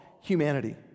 humanity